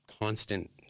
constant